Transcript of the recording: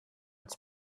its